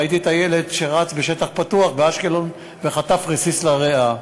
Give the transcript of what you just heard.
ראיתי את הילד שרץ בשטח פתוח באשקלון וחטף רסיס לריאה.